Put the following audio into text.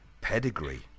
Pedigree